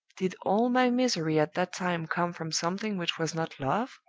did all my misery at that time come from something which was not love?